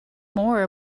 more